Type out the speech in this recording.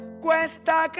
Cuesta